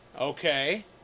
Okay